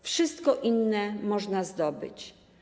Wszystko inne można zdobyć.